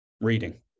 reading